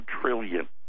trillion